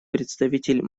представитель